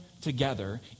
together